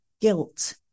guilt